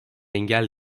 engel